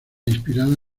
inspirada